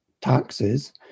taxes